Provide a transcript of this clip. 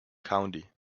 county